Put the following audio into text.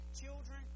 children